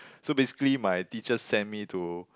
so basically my teacher sent me to